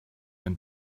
and